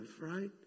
right